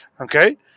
okay